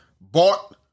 bought